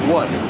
one